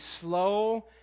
slow